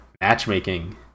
matchmaking